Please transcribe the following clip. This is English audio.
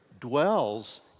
dwells